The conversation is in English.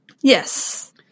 Yes